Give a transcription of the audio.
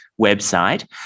website